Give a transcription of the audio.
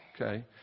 okay